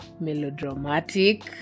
melodramatic